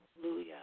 Hallelujah